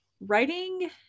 Writing